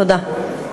תודה.